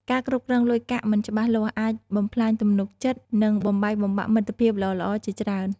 ការគ្រប់គ្រងលុយកាក់មិនច្បាស់លាស់អាចបំផ្លាញទំនុកចិត្ត និងបំបែកបំបាក់មិត្តភាពល្អៗជាច្រើន ។